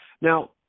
Now